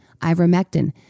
ivermectin